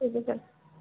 ठीक आहे सर